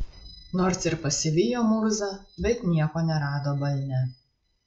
nors ir pasivijo murzą bet nieko nerado balne